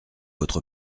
votre